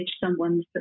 someone's